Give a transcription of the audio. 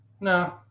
No